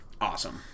Awesome